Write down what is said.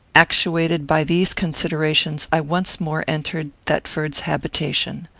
actuated by these considerations, i once more entered thetford's habitation.